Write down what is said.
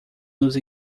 nos